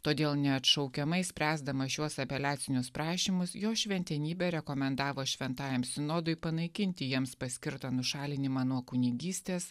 todėl neatšaukiamai spręsdama šiuos apeliacinius prašymus jo šventenybė rekomendavo šventajam sinodui panaikinti jiems paskirtą nušalinimą nuo kunigystės